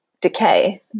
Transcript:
decay